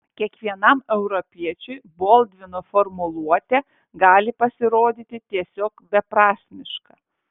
kiekvienam europiečiui boldvino formuluotė gali pasirodyti tiesiog beprasmiška